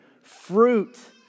fruit